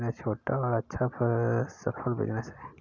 bread बनाने का business छोटा और अच्छा सफल बिज़नेस है